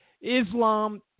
Islam